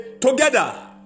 together